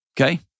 Okay